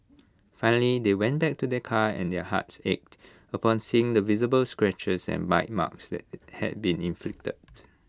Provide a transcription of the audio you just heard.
finally they went back to their car and their hearts ached upon seeing the visible scratches and bite marks that had been inflicted